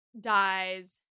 dies